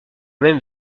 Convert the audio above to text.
même